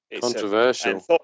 Controversial